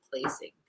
placing